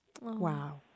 Wow